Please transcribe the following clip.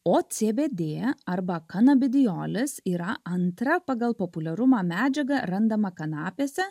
o cbd arba kanabedijolis yra antra pagal populiarumą medžiaga randama kanapėse